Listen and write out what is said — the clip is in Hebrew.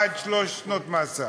עד שלוש שנות מאסר.